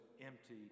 empty